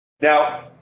Now